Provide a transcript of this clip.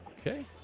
Okay